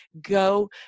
go